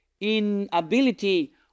inability